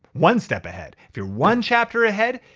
one step ahead. if you're one chapter ahead,